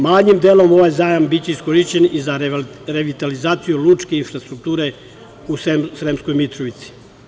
Malim delom ovaj zajam biće iskorišćen za revitalizaciju lučke infrastrukture u Sremskoj Mitrovici.